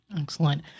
Excellent